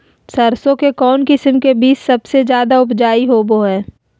सरसों के कौन किस्म के बीच सबसे ज्यादा उपजाऊ होबो हय?